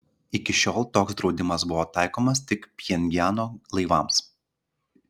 iki šiol toks draudimas buvo taikomas tik pchenjano laivams